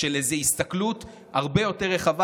של איזו הסתכלות הרבה יותר רחבה,